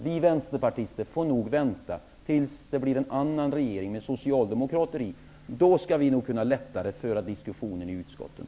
Vi vänsterpartister får nog vänta tills det blir en annan regering där Socialdemokraterna ingår. Då kan vi nog lättare föra diskussioner i utskotten.